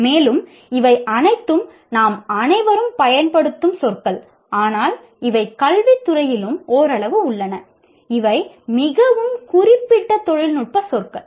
மேலும் இவை அனைத்தும் நாம் அனைவரும் பயன்படுத்தும் சொற்கள் ஆனால் இவை கல்வித்துறையிலும் ஓரளவு உள்ளன இவை மிகவும் குறிப்பிட்ட தொழில்நுட்ப சொற்கள்